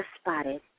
spotted